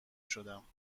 شدم